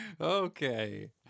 okay